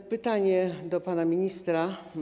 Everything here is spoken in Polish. Mam pytanie do pana ministra.